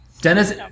Dennis